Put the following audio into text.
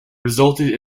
resulted